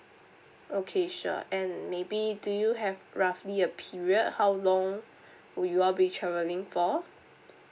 okay sure and maybe do you have roughly a period how long will y'all be travelling for